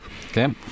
Okay